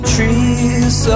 Trees